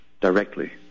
directly